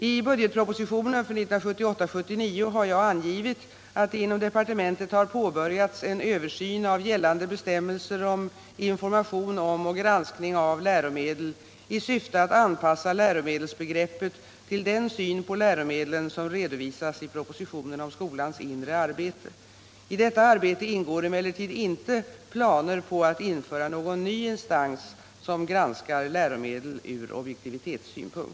I budgetpropositionen för 1978/79 har jag angivit att det inom departementet har påbörjats en översyn av gällande bestämmelser om information om och granskning av läromedel i syfte att anpassa läromedelsbegreppet till den syn på läromedlen som redovisas i propositionen om skolans inre arbete. I detta arbete ingår emellertid inte planer på att införa någon ny instans som granskar läromedel från objektivitetssynpunkt.